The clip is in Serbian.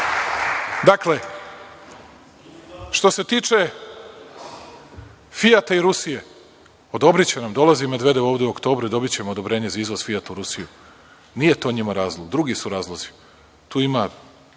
neki. Dakle, što se tiče „Fijata“ i Rusije, odobriće nam, dolazi Medvedev ovde u oktobru i dobićemo odobrenje za izvoz „Fijata“ u Rusiju. Nije to njima razlog, drugi su razlozi. Tu ima